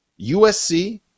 usc